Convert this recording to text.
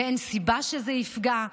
ואין סיבה שזה יפגע.